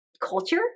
culture